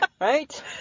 Right